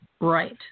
Right